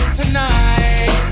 tonight